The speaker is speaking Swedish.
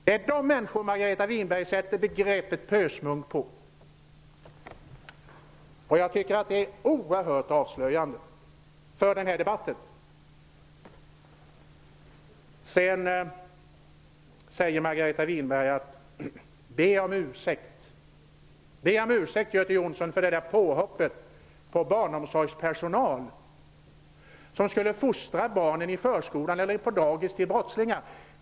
Det är dessa människor Margareta Winberg sätter begreppet pösmunk på. Jag tycker att det är oerhört avslöjande för den här debatten. Sedan säger Margareta Winberg: Be om ursäkt, Göte Jonsson, för påhoppet på barnomsorgspersonalen som skulle fostra barnen i förskolan eller på dagis till brottslingar!